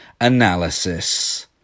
analysis